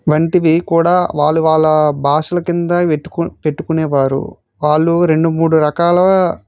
వంటివి కూడా వాళ్ళ వాళ్ళ భాషల కింద పెట్టుకు పెట్టుకునేవారు వాళ్ళు రెండు మూడు రకాల